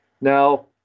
Now